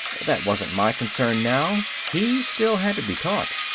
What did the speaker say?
that wasn't my concern now. he still had to be caught.